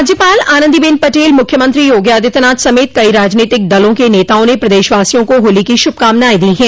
राज्यपाल आनन्दी बेन पटेल मुख्यमंत्री योगी आदित्यनाथ समेत कइ राजनीतिक दलों के नेताओं ने प्रदेशवासियों को होली की शुभ कामनायें दी है